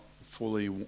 fully